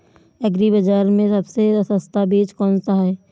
Agree बाज़ार में सबसे सस्ता बीज कौनसा है?